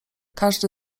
każdy